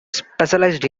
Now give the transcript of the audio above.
specialized